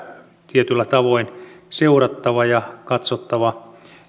tietyllä tavoin seurattava ja katsottava